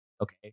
okay